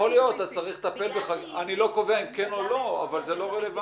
אני לא קובע אם כן או לא, אבל זה לא רלוונטי.